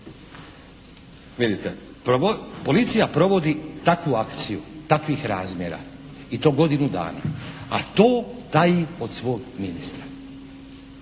Vidite, policija provodi takvu akciju, takvih razmjera i to godinu dana a to taji od svog ministra.